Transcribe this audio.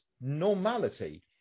normality